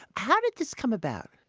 how did this come about?